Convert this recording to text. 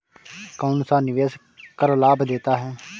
कौनसा निवेश कर लाभ देता है?